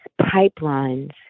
pipelines